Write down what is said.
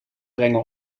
brengen